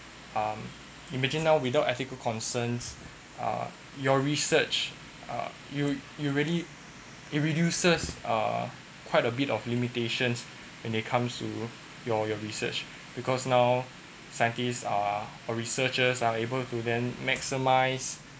um imagine now without ethical concerns uh your research uh you you really it reduces uh quite a bit of limitations when it comes to your your research because now scientists are researchers are able to then maximize